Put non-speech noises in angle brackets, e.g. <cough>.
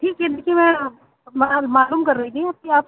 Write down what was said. ٹھیک ہے <unintelligible> معلوم کر رہی تھی کہ آپ